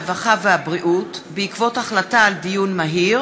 הרווחה והבריאות בעקבות דיון מהיר